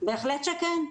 בהחלט שכן.